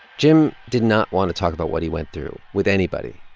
jim did not want to talk about what he went through with anybody.